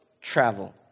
travel